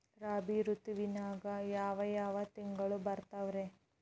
ರಾಬಿ ಋತುವಿನಾಗ ಯಾವ್ ಯಾವ್ ತಿಂಗಳು ಬರ್ತಾವ್ ರೇ?